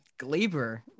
Glaber